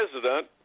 president